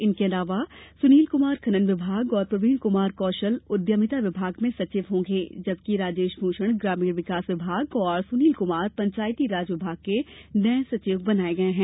इनके अलावा सुनील कुमार खनन विभाग और प्रवीण कुमार कौशल और उद्यमिता विभाग में सचिव होंगे जबकि राजेश भूषण ग्रामीण विकास विभाग और सुनील कुमार पंचायती राज विभाग के नये सचिव बनाये गये हैं